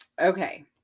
Okay